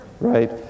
right